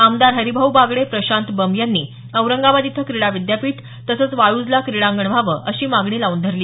आमदार हरिभाऊ बागडे प्रशांत बंब यांनी औरंगाबाद इथं क्रीडा विद्यापीठ तसंच वाळ्जला क्रीडांगण व्हावं अशी मागणी लावून धरली